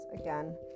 again